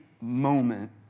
moment